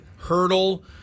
hurdle